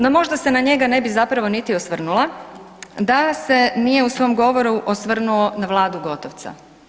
No možda se na njega ne bi zapravo niti osvrnula da se nije u svom govoru osvrnuo na Vladu Gotovca.